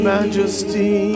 Majesty